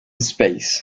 space